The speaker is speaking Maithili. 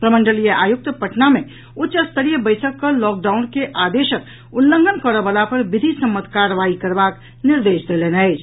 प्रमंडलीय आयुक्त पटना मे उच्च स्तरीय बैसक कऽ लॉकडाउन के आदेशक उल्लंघन करऽवला पर विधि सम्मत कार्रवाई करबाक निर्देश देलनि अछि